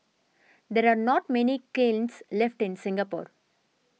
there are not many kilns left in Singapore